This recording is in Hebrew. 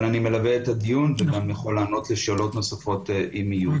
אבל אני מלווה את הדיון וגם יכול לענות לשאלות נוספות אם יהיו.